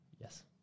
Yes